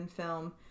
film